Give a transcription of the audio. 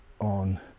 on